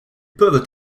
peuvent